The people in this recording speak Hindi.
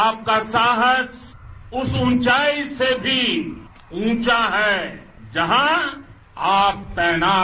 आपका साहस उस ऊंचाई से भी ऊंचा है जहां आप तैनात